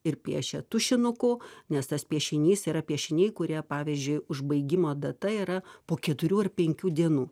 ir piešė tušinuku nes tas piešinys yra piešiniai kurie pavyzdžiui užbaigimo data yra po keturių ar penkių dienų